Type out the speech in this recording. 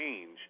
change